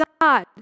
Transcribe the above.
God